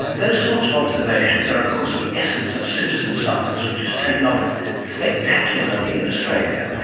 those sorts of observations are of course the essence of citizen science which has taken off spectacularly in australia.